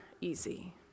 easy